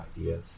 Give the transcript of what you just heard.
ideas